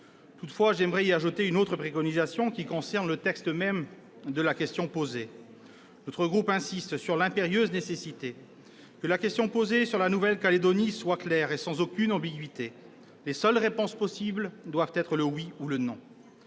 Toutefois, j'aimerais y ajouter une autre préconisation, qui concerne le texte même de la question posée. Notre groupe insiste sur l'impérieuse nécessité que la question posée pour la Nouvelle-Calédonie soit claire et sans ambiguïté. Les seules réponses possibles doivent être le « oui » ou le « non